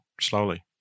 slowly